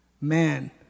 Man